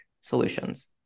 solutions